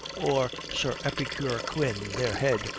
or sir epicure quin, their head,